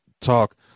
talk